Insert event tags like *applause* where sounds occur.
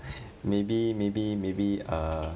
*laughs* maybe maybe maybe err